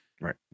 Right